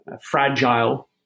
fragile